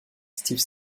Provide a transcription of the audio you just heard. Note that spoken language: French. steve